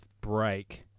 break